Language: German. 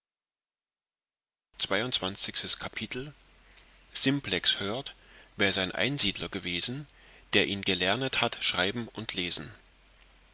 simplex hört wer sein einsiedler gewesen der ihn gelernet hat schreiben und lesen